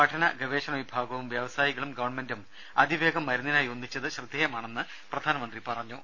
പഠന ഗവേഷണ വിഭാഗവും വ്യവസായികളും ഗവൺമെന്റും അതിവേഗം മരുന്നിനായി ഒന്നിച്ചത് ശ്രദ്ധേയമാണെന്ന് പ്രധാനമന്ത്രി പറഞ്ഞു